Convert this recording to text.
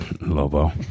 Lobo